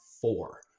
four